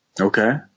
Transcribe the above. Okay